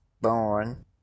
Born